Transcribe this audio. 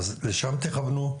לשם תכוונו.